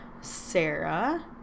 Sarah